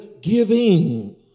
giving